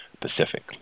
Pacific